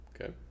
okay